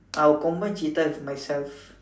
I will combine cheetah with myself